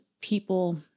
people